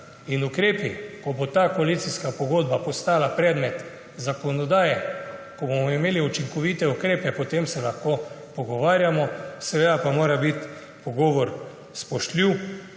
in ukrepi, ko bo ta koalicijska pogodba postala predmet zakonodaje, ko bomo imeli učinkovite ukrepe, potem se lahko pogovarjamo. Seveda pa mora biti pogovor spoštljiv.